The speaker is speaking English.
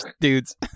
dudes